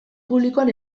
publikoan